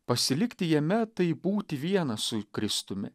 pasilikti jame tai būti viena su kristumi